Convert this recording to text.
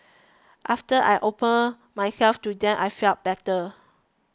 after I opened myself to them I felt better